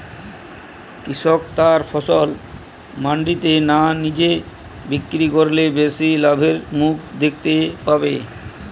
কৃষক তার ফসল মান্ডিতে না নিজে বিক্রি করলে বেশি লাভের মুখ দেখতে পাবে?